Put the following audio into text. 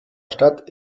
stadt